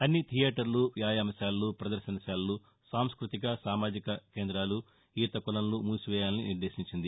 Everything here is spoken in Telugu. అన్ని థియేటర్లు వ్యాయామశాలలు పదర్భనశాలలు సాంస్యతిక సామాజిక కేందాలు ఈత కొలనులు మూసేయాలని నిర్దేశించింది